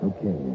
Okay